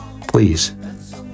Please